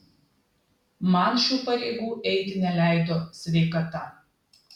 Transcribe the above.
man šių pareigų eiti neleido sveikata